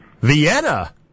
Vienna